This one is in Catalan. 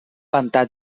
pantà